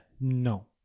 No